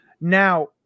Now